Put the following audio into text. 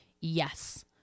yes